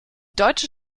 deutsche